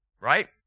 right